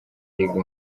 yiga